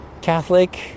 Catholic